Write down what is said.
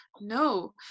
No